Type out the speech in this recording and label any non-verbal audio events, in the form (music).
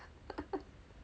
(laughs)